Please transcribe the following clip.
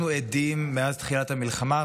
אנחנו עדים מאז תחילת המלחמה,